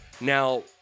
Now